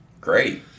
great